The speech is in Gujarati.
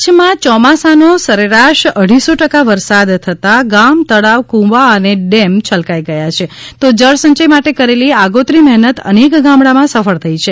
કચ્છમાં ચોમાસાનો સરેરાશ અઢીસો ટકા વરસાદ થતાં ગામ તળાવ કૂવા અને ડેમ છલ્કાઈ ગયા છે તો જળ સંચય માટે કરેલી આગોતરી મહેનત અનેક ગામડામાં સફળ થઈ છે